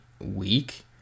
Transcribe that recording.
week